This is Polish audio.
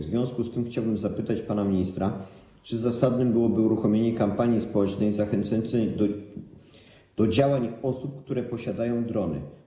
W związku z tym chciałbym zapytać pana ministra, czy zasadne byłoby uruchomienie kampanii społecznej zachęcającej do działań osoby, które posiadają drony.